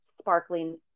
sparkling